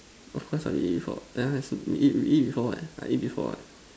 of course I eat before yeah we eat we eat before what I eat before what